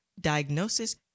diagnosis